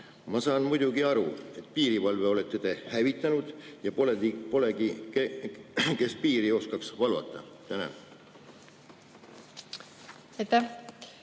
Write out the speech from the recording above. Ma saan muidugi aru, et piirivalve olete te hävitanud ja polegi [inimesi], kes piiri oskaks valvata. Aitäh!